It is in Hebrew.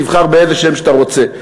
תבחר באיזה שם שאתה רוצה.